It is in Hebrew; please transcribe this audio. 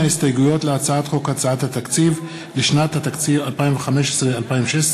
רצח נשים על-ידי בני-זוגן.